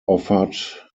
offered